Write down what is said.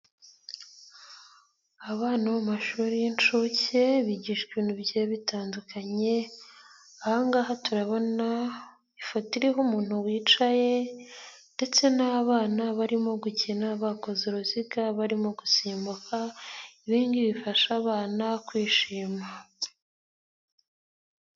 Abana bo mashuri y'inshuke bigishwa ibintu bigiye bitandukanye. Aha ngaha turabona ifoto iriho umuntu wicaye ndetse n'abana barimo gukina, bakoze uruziga, barimo gusimbuka. Ibi ngibi bifasha abana kwishima.